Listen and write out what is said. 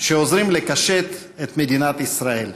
שעוזרים לקשט את מדינת ישראל.